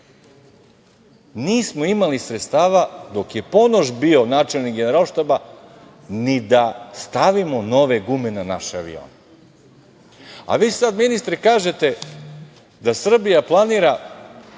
Nismo imali sredstava dok je Ponoš bio načelnik Generalštaba ni da stavimo nove gume na naše avione, a vi sad ministre kažete, da Srbija planira